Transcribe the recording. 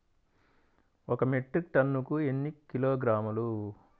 ఒక మెట్రిక్ టన్నుకు ఎన్ని కిలోగ్రాములు?